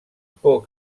por